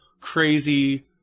crazy